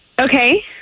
Okay